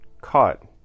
caught